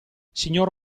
signor